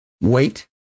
Wait